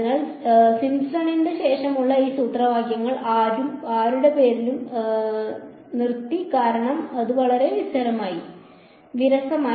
അതിനാൽ സിംപ്സണിന് ശേഷമുള്ള ഈ സൂത്രവാക്യങ്ങൾ ആരുടെ പേരിലും പേരിടുന്നത് നിർത്തി കാരണം അത് വളരെ വിരസമായി